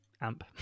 amp